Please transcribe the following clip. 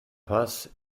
paz